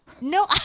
no